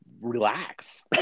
relax